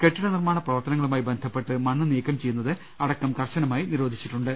കെട്ടിട നിർമാണ പ്രവർത്തനങ്ങളുമായി ബന്ധപ്പെട്ട് മണ്ണ് നീക്കം ചെയ്യുന്നത് അടക്കം കർശനമായി നിരോധിച്ചിട്ടുണ്ട്